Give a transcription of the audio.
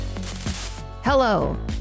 Hello